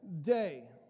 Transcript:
day